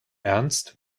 ernst